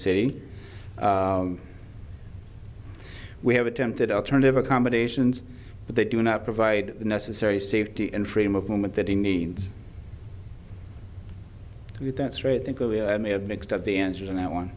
city we have attempted alternative accommodations but they do not provide the necessary safety and freedom of movement that he needs to get that straight think i may have mixed up the answers on that one